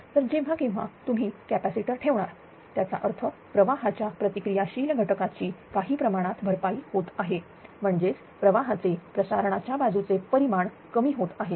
तर जेव्हा केव्हा तुम्ही कॅपॅसिटर ठेवणार त्याचा अर्थ प्रवाहाच्या प्रतिक्रिया शीला घटकाची काही प्रमाणात भरपाई होत आहे म्हणजेच प्रवाहाचे प्रसारणाच्या बाजूचे परिमाण कमी होत आहे